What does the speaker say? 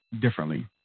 differently